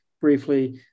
briefly